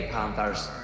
Panthers